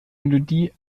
melodie